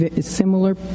similar